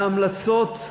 וההמלצות,